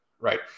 right